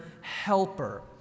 helper